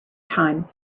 time